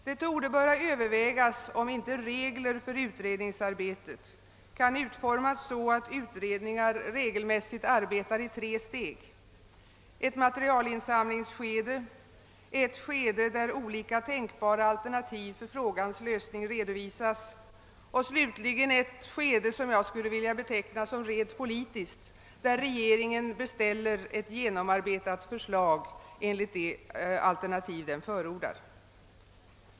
Det torde böra övervägas, om inte regler för utredningsarbetet kan utformas så att utredningar regelmässigt arbetar i tre steg: ett materialinsamlingsskede, ett skede där olika tänkbara alternativ för frågans lös-: ning redovisas och slutligen ett skede som jag skulle vilja beteckna som rent politiskt, där regeringen beställer ett genomarbetat förslag enligt det alternativ den förordar.